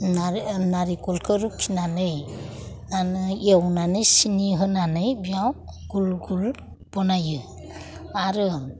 नारेंखलखौ रुकिनानै माने एवनानै सिनि होनानै बेयाव गुल गुल बानायो आरो